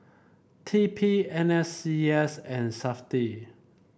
T P N S C S and Safti